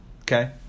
Okay